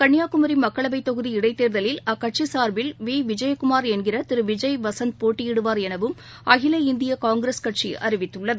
கன்னியாகுமரிமக்களவைத் தொகுதி இடைத் தேர்தலில் அக்கட்சிசார்பில் விவிஜயகுமார் என்கிறதிருவிஜய் வசந்த் போட்டியிடுவார் எனவும் அகில இந்தியகாங்கிரஸ் கட்சிஅறிவித்துள்ளது